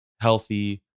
healthy